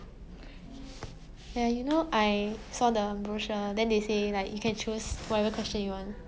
ya you know I saw the brochure then they say like you can choose whatever question you want